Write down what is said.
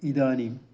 इदानीम्